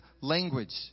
language